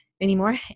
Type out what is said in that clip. anymore